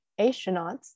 astronauts